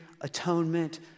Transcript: atonement